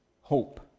hope